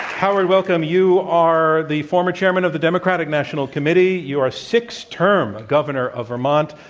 howard, welcome. you are the former chairman of the democratic national committee. you are six-term governor of vermont.